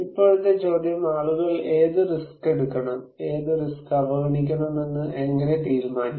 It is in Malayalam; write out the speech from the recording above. ഇപ്പോഴത്തെ ചോദ്യം ആളുകൾ ഏത് റിസ്ക് എടുക്കണം ഏത് റിസ്ക് അവഗണിക്കണമെന്ന് എങ്ങനെ തീരുമാനിക്കും